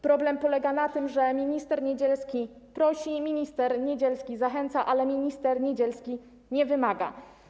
Problem polega na tym, że minister Niedzielski prosi, minister Niedzielski zachęca, ale minister Niedzielski nie wymaga.